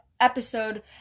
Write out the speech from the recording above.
episode